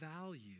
value